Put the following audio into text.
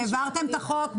העברתם את החוק,